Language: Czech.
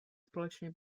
společně